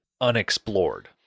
unexplored